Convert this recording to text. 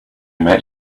met